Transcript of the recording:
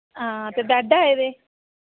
हां ते बैड्ड आए दे